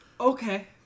okay